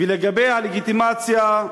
לגבי הלגיטימציה,